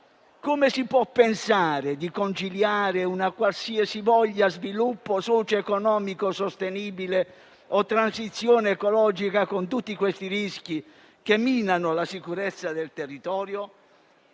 Come si può pensare di conciliare un qualsiasi sviluppo socio-economico sostenibile o transizione ecologica con tutti questi rischi che minano la sicurezza del territorio?